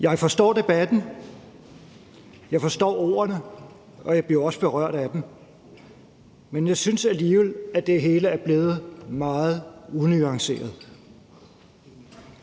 Jeg forstår debatten. Jeg forstår ordene, og jeg bliver også berørt af dem. Men jeg synes alligevel, at det hele er blevet meget unuanceret.